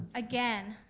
again,